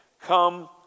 Come